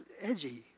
edgy